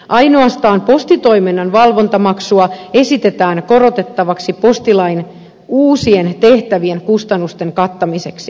ainoastaan postitoiminnan valvontamaksua esitetään korotettavaksi postilain uusien tehtävien kustannusten kattamiseksi